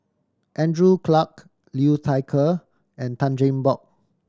Andrew Clarke Liu Thai Ker and Tan Cheng Bock